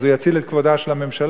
הוא יציל את כבודה של הממשלה,